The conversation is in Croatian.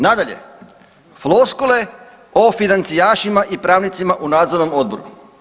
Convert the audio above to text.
Nadalje, floskule o financijašima i pravnicima u nadzornom odboru.